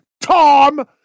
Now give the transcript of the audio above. Tom